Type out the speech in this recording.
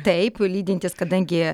taip lydintys kadangi